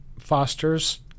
fosters